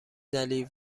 دلیل